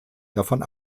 davon